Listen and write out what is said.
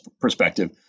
perspective